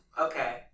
Okay